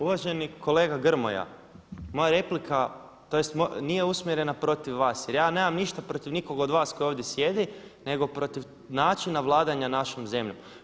Uvaženi kolega Grmoja, moja replika tj. nije usmjerena protiv vas jer ja nemam ništa protiv nikog od vas koji ovdje sjedi, nego protiv načina vladanja našom zemljom.